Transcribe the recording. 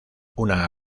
una